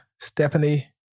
Stephanie